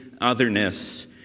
otherness